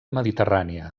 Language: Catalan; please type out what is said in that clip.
mediterrània